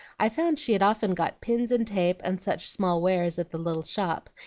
i found she had often got pins and tape, and such small wares, at the little shop,